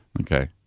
Okay